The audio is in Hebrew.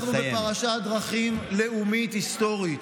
אנחנו בפרשת דרכים לאומית, היסטורית.